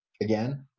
again